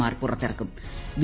R പുറത്തിറക്കൂം